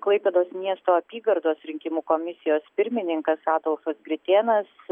klaipėdos miesto apygardos rinkimų komisijos pirmininkas adolfas gritėnas